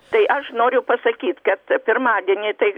tai aš noriu pasakyt kad pirmadienį tai